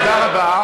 תודה.